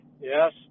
yes